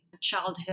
childhood